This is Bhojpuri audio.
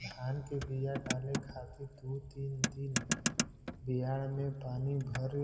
धान के बिया डाले खातिर दू तीन दिन बियाड़ में पानी भर